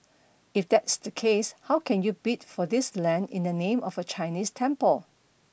if that's the case how can you bid for this land in the name of a Chinese temple